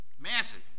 massive